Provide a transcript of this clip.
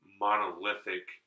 monolithic